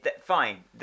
Fine